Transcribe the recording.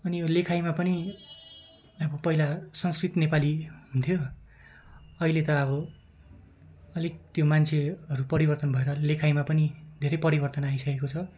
अनि लेखाइमा पनि अब पहिला संस्कृत नेपाली हुन्थ्यो अहिले त अब अलिक त्यो मान्छेहरू परिवर्तन भएर लेखाइमा पनि धेरै परिवर्तन आइसकेको छ